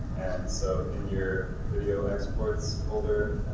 and so in your video exports folder,